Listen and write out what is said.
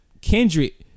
Kendrick